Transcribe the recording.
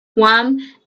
warm